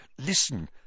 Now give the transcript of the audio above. Listen